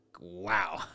wow